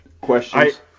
questions